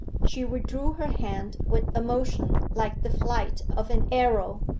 she withdrew her hand with a motion like the flight of an arrow.